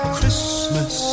Christmas